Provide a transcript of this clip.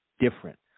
different